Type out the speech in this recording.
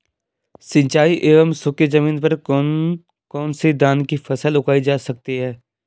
सिंचाई एवं सूखी जमीन पर कौन कौन से धान की फसल उगाई जा सकती है?